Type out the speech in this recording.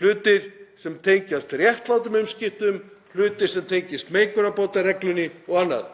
hlutir sem tengjast réttlátum umskiptum, hlutir sem tengjast mengunarbótareglunni og annað.